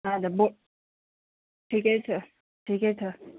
हजुर बो ठिकै छ ठिकै छ